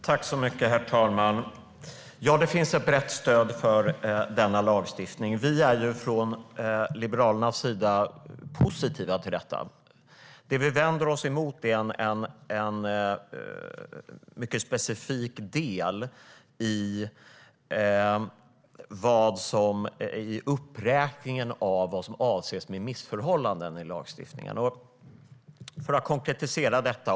Herr talman! Det finns ett brett stöd för denna lagstiftning. Vi är från Liberalernas sida positiva till den. Det vi vänder oss emot är en mycket specifik del i uppräkningen av vad som avses med missförhållanden i lagstiftningen. Jag ska konkretisera detta.